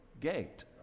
gate